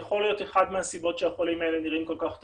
יכול להיות זו אחת מהסיבות שהחולים האלה נראים כל כך טוב.